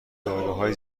داروهای